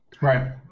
Right